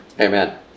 Amen